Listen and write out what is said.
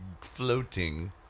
floating